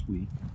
week